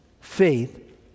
faith